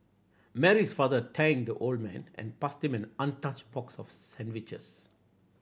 Mary's father thanked the old man and passed him an untouched box of sandwiches